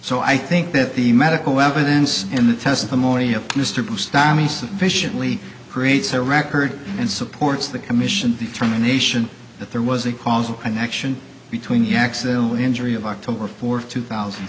so i think that the medical evidence in the testimony of mr bustani sufficiently creates a record and supports the commission determination that there was a causal connection between yaks the injury of october fourth two thousand